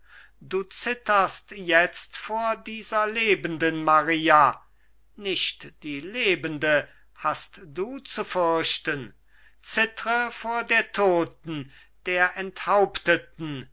du zitterst jetzt vor dieser lebenden maria nicht die lebende hast du zu fürchten zittre vor der toten der enthaupteten